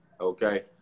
okay